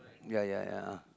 ya ya ya